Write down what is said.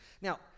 Now